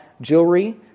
jewelry